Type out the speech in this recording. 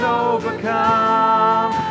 overcome